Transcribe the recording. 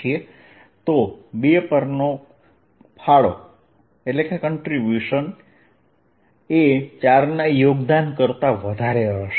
તો 2 પરનો ફાળો એ 4 ના યોગદાન કરતા વધુ હશે